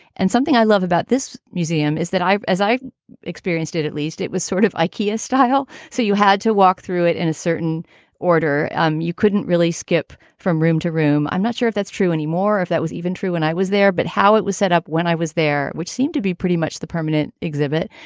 and something i love about this museum is that as i've experienced it, at least it was sort of ikea style. so you had to walk through it in a certain order. um you couldn't really skip from room to room. i'm not sure if that's true anymore. if that was even true when i was there. but how it was set up when i was there, which seemed to be pretty much the permanent exhibit,